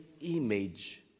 image